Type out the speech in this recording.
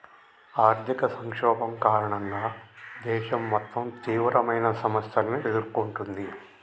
ఆర్థిక సంక్షోభం కారణంగా దేశం మొత్తం తీవ్రమైన సమస్యలను ఎదుర్కొంటుంది